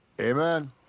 amen